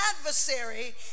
adversary